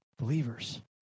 believers